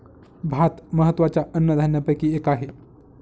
भात महत्त्वाच्या अन्नधान्यापैकी एक आहे